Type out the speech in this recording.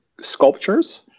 sculptures